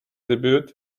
debut